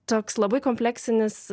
toks labai kompleksinis